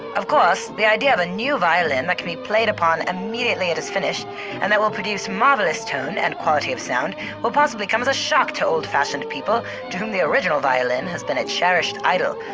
of course, the idea of a new violin that can be played upon immediately at its finish and that will produce marvelous tone and quality of sound will possibly come as a shock to old-fashioned people to whom the original violin has been a cherished idol.